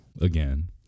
again